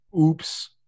oops